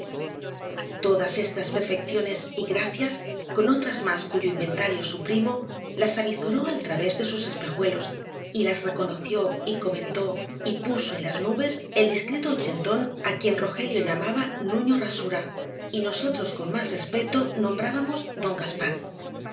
todas estas perfecciones y gracias con otras más cuyo inventario suprimo las avizoró al través de sus espejuelos y las reconoció y comentó y puso en las nubes el discreto ochentón á quien rogelio llamaba nuño rasura y nosotros con más respeto nombramos don gaspar